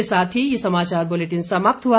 इसी के साथ ये समाचार बुलेटिन समाप्त हुआ